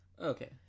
okay